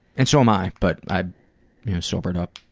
and so am i but i you know sobered up.